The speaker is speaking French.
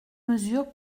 mesures